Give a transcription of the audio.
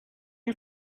you